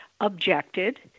objected